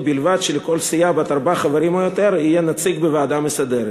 ובלבד שלכל סיעה בת ארבעה חברים או יותר יהיה נציג בוועדה המסדרת,